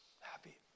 happy